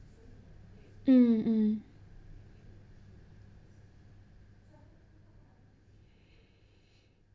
mm mm